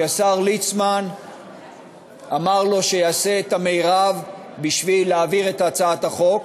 כי השר ליצמן אמר לו שיעשה את המרב בשביל להעביר את הצעת החוק.